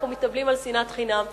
שאנחנו מתאבלים על שנאת חינם,